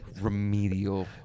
remedial